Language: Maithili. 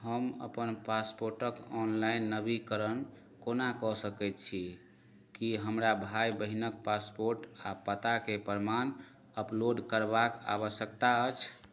हम अपन पासपोर्टके ऑनलाइन नवीनीकरण कोना कऽ सकै छी कि हमरा भाइ बहिनके पासपोर्ट आओर पताके प्रमाण अपलोड करबाक आवश्यकता अछि